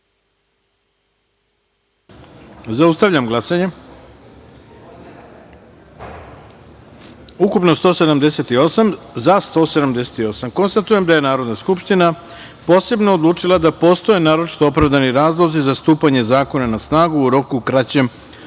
taster. Zaustavljam glasanje: ukupno - 178, za - 178.Konstatujem da je Narodna skupština posebno odlučila da postoje naročito opravdani razlozi za stupanje zakona na snagu u roku kraćem